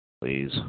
Please